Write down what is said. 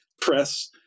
press